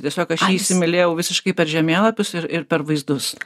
tiesiog aš jį įsimylėjau visiškai per žemėlapius ir ir per vaizdus